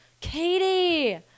Katie